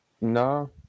no